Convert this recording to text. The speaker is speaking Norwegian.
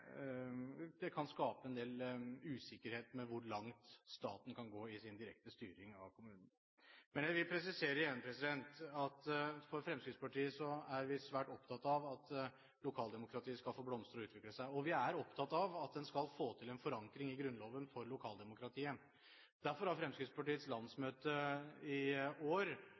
kan skape en del usikkerhet om hvor langt staten kan gå i sin direkte styring av kommunene. Men jeg vil presisere igjen at i Fremskrittspartiet er vi svært opptatt av at lokaldemokratiet skal få blomstre og utvikle seg. Og vi er opptatt av at en skal få til en forankring i Grunnloven for lokaldemokratiet. Derfor har Fremskrittspartiets landsmøte i år